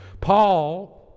paul